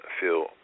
feel